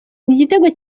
igitego